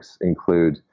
include